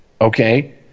okay